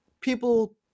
people